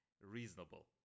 reasonable